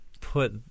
put